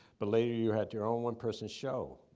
but later you had your own one-person show.